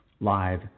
live